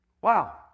Wow